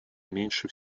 меньше